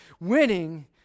winning